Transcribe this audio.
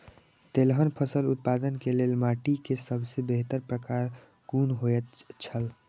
तेलहन फसल उत्पादन के लेल माटी के सबसे बेहतर प्रकार कुन होएत छल?